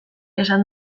esan